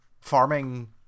farming